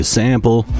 sample